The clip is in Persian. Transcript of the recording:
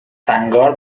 ونگارد